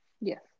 yes